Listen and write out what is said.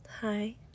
hi